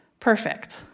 perfect